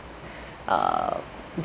uh